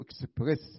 express